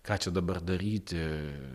ką čia dabar daryti